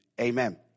Amen